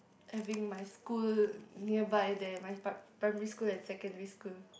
having my school nearby there my pri~ primary school and secondary school